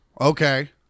Okay